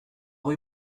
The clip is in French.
rue